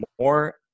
more